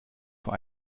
vor